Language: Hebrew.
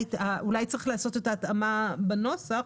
פסקה (5) שהייתה בנוסח